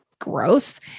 gross